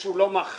שהוא לא מכר,